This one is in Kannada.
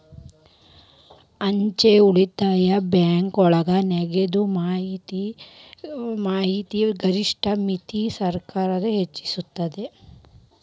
ಅಂಚೆ ಉಳಿತಾಯ ಬ್ಯಾಂಕೋಳಗ ನಗದ ವಹಿವಾಟಿನ ಗರಿಷ್ಠ ಮಿತಿನ ಸರ್ಕಾರ್ ಹೆಚ್ಚಿಸ್ಯಾದ